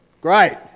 Great